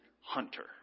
hunter